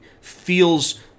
feels